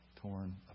torn